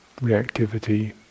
reactivity